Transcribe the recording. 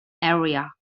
area